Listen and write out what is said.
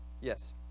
Yes